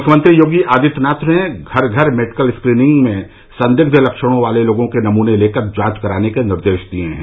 मुख्यमंत्री योगी आदित्यनाथ ने घर घर मेडिकल स्क्रीनिंग में संदिग्ध लक्षणों वाले लोगों के नमूने लेकर जांच कराने के निर्देश दिये हैं